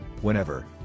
whenever